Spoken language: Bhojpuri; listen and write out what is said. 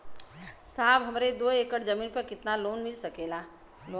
साहब हमरे दो एकड़ जमीन पर कितनालोन मिल सकेला?